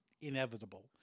inevitable